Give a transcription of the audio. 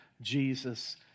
Jesus